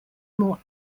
more